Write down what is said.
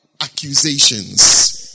accusations